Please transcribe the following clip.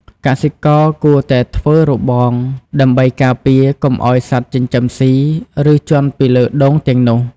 កសិករគួរតែធ្វើរបង ដើម្បីការពារកុំឲ្យសត្វចិញ្ចឹមស៊ី ឬជាន់ពីលើដូងទាំងនោះ។